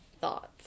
Thoughts